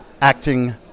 acting